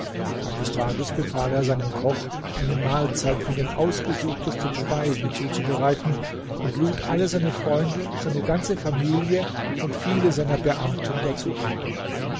eines tages befahl er seinem koch eine mahlzeit von den ausgesuchtesten speisen zuzubereiten und lud alle seine freunde seine ganze familie und viele seiner beamten dazu ein